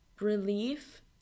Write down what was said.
relief